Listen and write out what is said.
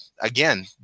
again